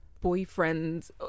boyfriends